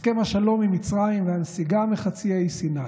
הסכם השלום עם מצרים והנסיגה מחצי האי סיני.